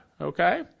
okay